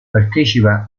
partecipa